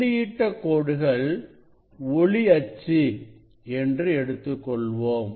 புள்ளியிட்ட கோடுகள் ஒளி அச்சு என்று எடுத்துக்கொள்வோம்